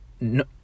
no